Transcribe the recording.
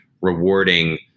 rewarding